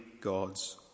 God's